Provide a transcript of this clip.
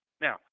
Now